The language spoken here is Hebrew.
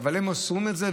אבל הם מסרו את זה,